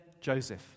Joseph